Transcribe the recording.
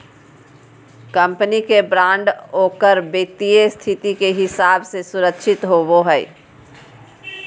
company के बॉन्ड ओकर वित्तीय स्थिति के हिसाब से सुरक्षित होवो हइ